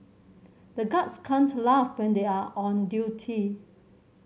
the guards can't laugh when they are on duty